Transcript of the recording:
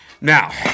Now